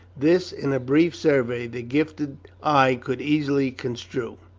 this, in a brief survey, the gifted eye could easily construe.